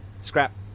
Scrap